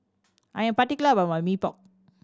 I am particular about my Mee Pok